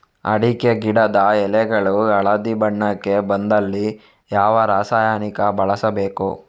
ಅಡಿಕೆ ಗಿಡದ ಎಳೆಗಳು ಹಳದಿ ಬಣ್ಣಕ್ಕೆ ಬಂದಲ್ಲಿ ಯಾವ ರಾಸಾಯನಿಕ ಬಳಸಬೇಕು?